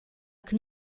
que